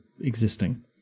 existing